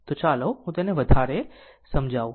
તો ચાલો હું તેને વધારે સમજાવું